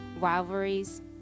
rivalries